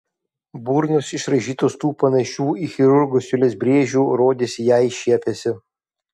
burnos išraižytos tų panašių į chirurgo siūles brėžių rodėsi jai šiepiasi